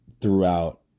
throughout